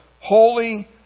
holy